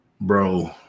Bro